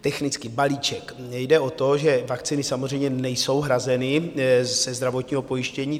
Technicky balíček, jde o to, že vakcíny samozřejmě nejsou hrazeny ze zdravotního pojištění.